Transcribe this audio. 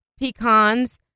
pecans